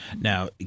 now